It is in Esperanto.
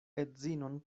edzinon